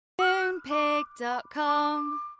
Moonpig.com